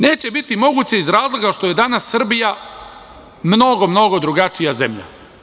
Neće biti moguće iz razloga što je danas Srbija mnogo, mnogo drugačija zemlja.